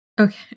Okay